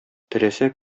теләсә